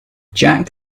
jack